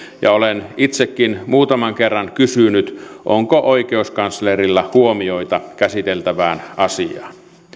ja olen itsekin muutaman kerran kysynyt onko oikeuskanslerilla huomioita käsiteltävään asiaan